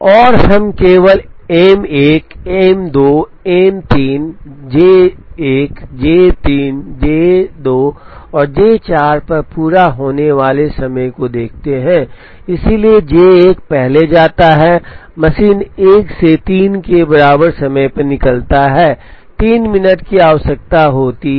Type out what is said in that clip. और हम केवल M 1 M 2 M 3 J 1 J 3 J 2 और जे 4 पर पूरा होने वाले समय को देखते हैं इसलिए जे 1 पहले जाता है मशीन 1 से 3 के बराबर समय पर निकलता है 3 मिनट की आवश्यकता होती है